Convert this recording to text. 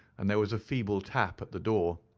and there was a feeble tap at the door.